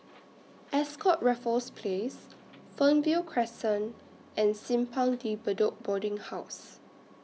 Ascott Raffles Place Fernvale Crescent and Simpang De Bedok Boarding House